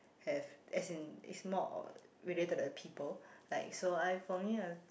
have as in it's more related to the people like so I for me I